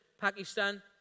Pakistan